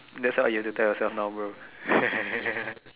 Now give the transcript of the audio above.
that's what you have to tell yourself now bro